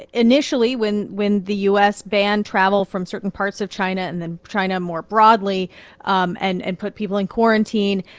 and initially, when when the u s. banned travel from certain parts of china and then china more broadly um and and put put people in quarantine,